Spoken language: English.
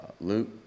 Luke